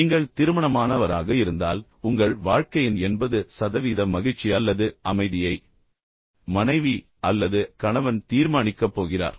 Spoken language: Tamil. நீங்கள் திருமணமானவராக இருந்தால் உங்கள் வாழ்க்கையின் எண்பது சதவீத மகிழ்ச்சி அல்லது அமைதியை மனைவி அல்லது கணவன் தீர்மானிக்கப் போகிறார்